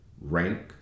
rank